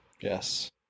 Yes